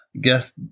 guess